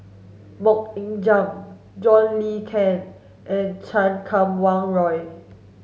Mok Ying Jang John Le Cain and Chan Kum Wah Roy